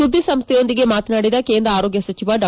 ಸುದ್ದಿಸಂಸ್ಹೆಯೊಂದಿಗೆ ಮಾತನಾಡಿದ ಕೇಂದ್ರ ಆರೋಗ್ಲ ಸಚಿವ ಡಾ